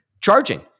charging